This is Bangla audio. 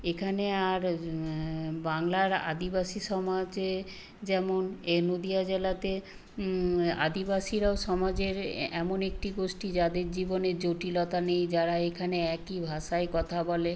এখানে আর বাংলার আদিবাসী সমাজে যেমন এই নদিয়া জেলাতে আদিবাসীরাও সমাজের এমন একটি গোষ্ঠী যাদের জীবনে জটিলতা নেই যারা এখানে একই ভাষায় কথা বলে